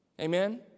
Amen